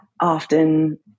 often